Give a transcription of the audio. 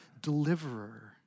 deliverer